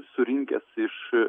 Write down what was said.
surinkęs iš